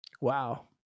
Wow